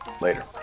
Later